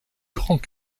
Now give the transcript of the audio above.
grands